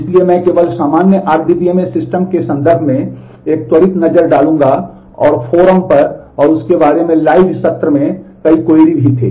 इसलिए मैं केवल सामान्य RDBMS सिस्टम के संदर्भ में एक त्वरित नज़र डालूंगा और फोरम थे